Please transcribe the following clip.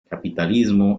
capitalismo